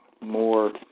more